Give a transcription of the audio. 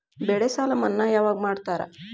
ಬೆಳೆ ಸಾಲ ಮನ್ನಾ ಯಾವಾಗ್ ಮಾಡ್ತಾರಾ?